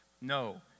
No